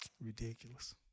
Ridiculous